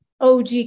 OG